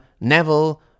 Neville